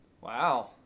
Wow